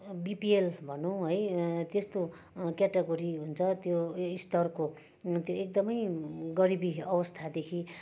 BPL भनौँ है त्यस्तो क्याटागोरी हुन्छ त्यो स्तरको त्यो एकदमै गरिबी अवस्थादेखि